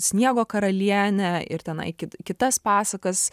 sniego karalienę ir tenai kit kitas pasakas